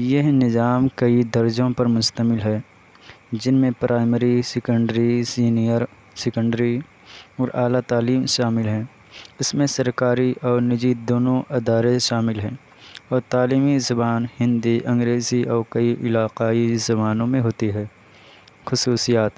یہ نظام کئی درجوں پر مشتمل ہے جن میں پرائمری سیکنڈری سینئر سیکنڈری اور اعلیٰ تعلیم شامل ہیں اس میں سرکاری اور نجی دونوں ادارے شامل ہیں اور تعلیمی زبان ہندی انگریزی اور کئی علاقائی زبانوں میں ہوتی ہے خصوصیات